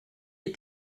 est